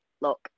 look